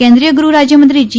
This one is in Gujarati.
કેન્દ્રીય ગુહરાજ્યમંત્રી જી